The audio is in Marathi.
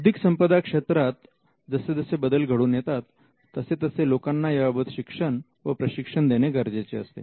बौद्धिक संपदा क्षेत्रात जसे जसे बदल घडून येतात तसे तसे लोकांना याबाबत शिक्षण व प्रशिक्षण देणे गरजेचे असते